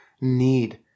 need –